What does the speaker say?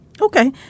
Okay